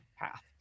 path